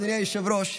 אדוני היושב-ראש,